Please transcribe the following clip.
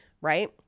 right